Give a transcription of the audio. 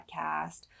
podcast